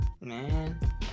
Man